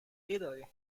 italy